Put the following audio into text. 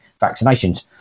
vaccinations